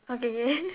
okay